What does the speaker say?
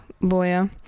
lawyer